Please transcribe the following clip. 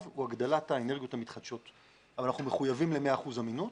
הוא הגדלת האנרגיות המתחדשות אבל אנחנו מחויבים ל-100 אחוזים אמינות